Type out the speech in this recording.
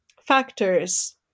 factors